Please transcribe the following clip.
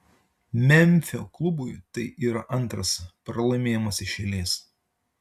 memfio klubui tai yra antras pralaimėjimas iš eilės